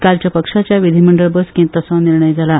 कालच्या पक्षाच्या विधीमंडळ बसकेन तसो निर्णय जाला